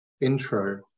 intro